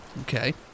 Okay